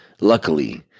Luckily